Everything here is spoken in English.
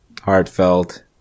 heartfelt